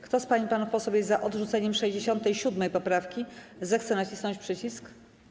Kto z pań i panów posłów jest za odrzuceniem 67. poprawki, zechce nacisnąć przycisk.